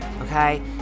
okay